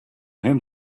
him